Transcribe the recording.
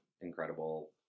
incredible